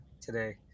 today